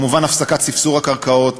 כמובן הפסקת ספסור בקרקעות,